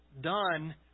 done